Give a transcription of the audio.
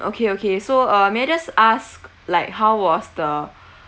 okay okay so uh may I just ask like how was the